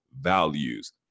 values